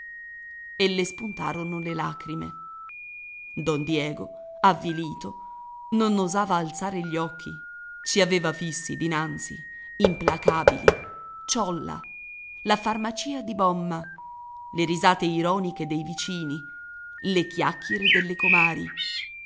e le spuntarono le lagrime don diego avvilito non osava alzare gli occhi ci aveva fissi dinanzi implacabili ciolla la farmacia di bomma le risate ironiche dei vicini le chiacchiere delle comari